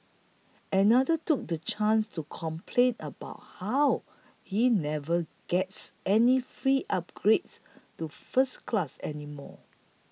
another took the chance to complain about how he never gets any free upgrades to first class anymore